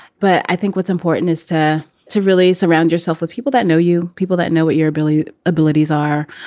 but i think what's important is to to really surround yourself with people that know you, people that know what your ability abilities are,